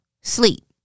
sleep